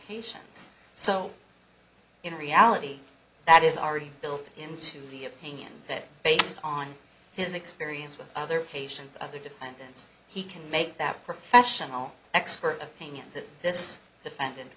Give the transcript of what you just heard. patients so in reality that is already built into the opinion that based on his experience with other patients other defendants he can make that professional expert opinion that this defendant